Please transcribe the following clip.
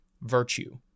virtue